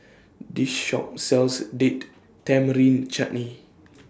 This Shop sells Date Tamarind Chutney